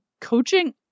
coaching